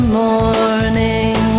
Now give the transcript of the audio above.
morning